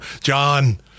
John